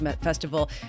festival